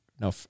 No